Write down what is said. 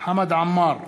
חמד עמאר,